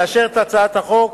לאשר את הצעת החוק,